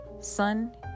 sun